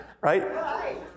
Right